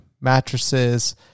mattresses